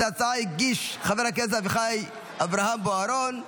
את ההצעה הגיש חבר הכנסת אביחי אברהם בוארון.